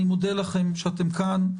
אני מודה לכם על כך שאתם כאן.